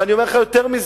ואני אומר לך יותר מזה,